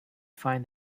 find